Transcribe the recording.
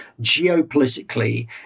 geopolitically